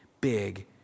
big